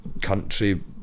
Country